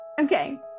Okay